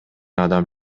адам